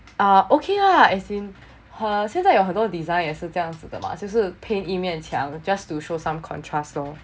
uh okay lah as in uh 现在有很多 design 也是这样子的吗只是 paint 一面墙 just to show some contrast lor